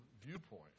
viewpoint